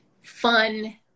fun